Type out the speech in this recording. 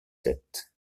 sept